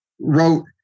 wrote